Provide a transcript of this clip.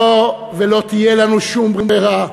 לא תהיה לנו שום ברירה.